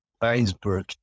iceberg